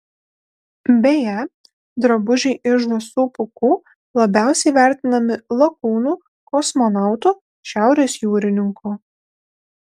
beje drabužiai iš žąsų pūkų labiausiai vertinami lakūnų kosmonautų šiaurės jūrininkų